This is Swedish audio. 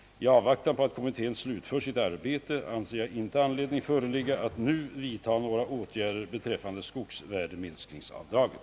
I avvaktan på att kommittén slutför sitt arbete anser jag inte anledning föreligga att nu vidtaga några åtgärder beträffande skogsvärdeminskningsavdraget.